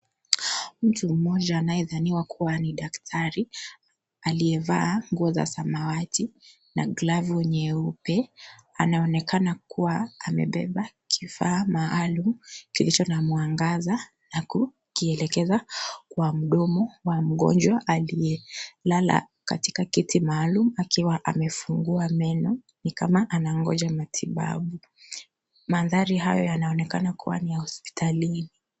Mtu mmoja anayethaniwa kuwa ni daktari, aliyevaa nguo za samawati, na glavu nyeupe, anaonekana kuwa amebeba kifaa maalum, kilicho na mwangaza, na ku, kielekeza, kwa mdomo wa mgonjwa aliye, lala katika kiti maalum akiwa amefungua meno, ni kama, anangoja matibabu, manthari hayo yanaonekana kuwa ni ya hospitalini.